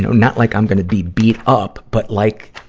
not like i'm gonna be beat up, but like,